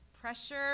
pressure